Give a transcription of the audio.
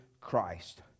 christ